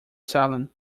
salon